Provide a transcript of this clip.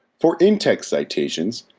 for in-text citations,